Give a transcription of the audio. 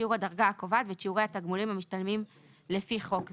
שיעור הדרגה הקובעת ואת שיעורי התגמולים המשתלמים לפי חוק זה.